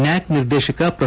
ನ್ಕಾಕ್ ನಿರ್ದೇಶಕ ಪ್ರೊ